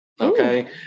okay